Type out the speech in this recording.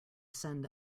send